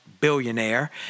billionaire